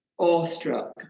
awestruck